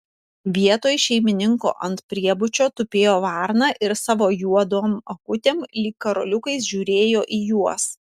vietoj šeimininko ant priebučio tupėjo varna ir savo juodom akutėm lyg karoliukais žiūrėjo į juos